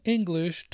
English